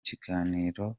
kiganiro